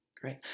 Great